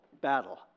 battle